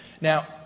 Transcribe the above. Now